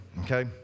okay